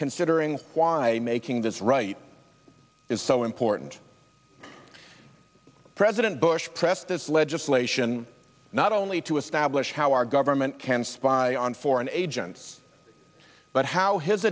considering why making this right is so important president bush press this legislation not only to establish how our government can spy on foreign agents but how his